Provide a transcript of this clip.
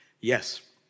Yes